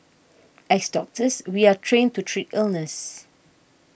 as doctors we are trained to treat illness